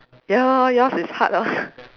ya lor yours is hard ah